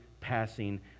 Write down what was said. passing